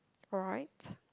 rights